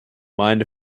mind